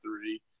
three